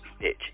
bitch